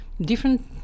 different